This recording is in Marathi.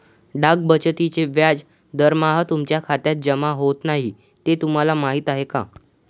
डाक बचतीचे व्याज दरमहा तुमच्या खात्यात जमा होत नाही हे तुम्हाला माहीत आहे का?